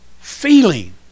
feeling